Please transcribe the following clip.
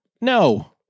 No